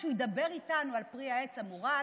כשהוא ידבר איתנו על פרי העץ המורעל,